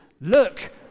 look